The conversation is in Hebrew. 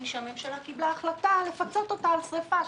שהממשלה קיבלה החלטה לפצות אותו על שריפה,